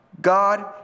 God